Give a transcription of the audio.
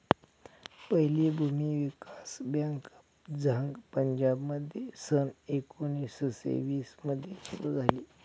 पहिली भूमी विकास बँक झांग पंजाबमध्ये सन एकोणीसशे वीस मध्ये सुरू झाली